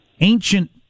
ancient